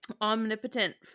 omnipotent